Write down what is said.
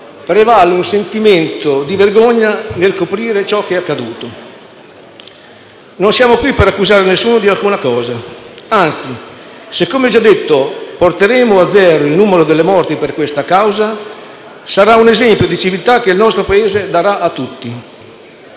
prevale un sentimento di vergogna che lo spinge a coprire ciò che è accaduto. Non siamo qui per accusare nessuno di alcuna cosa, anzi se come già detto porteremo a zero il numero delle morti per questa causa sarà un esempio di civiltà che il nostro Paese darà a tutti.